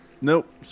nope